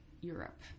Europe